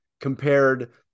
compared